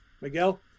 Miguel